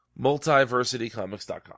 Multiversitycomics.com